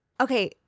Okay